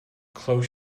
close